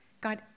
God